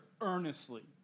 earnestly